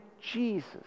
Jesus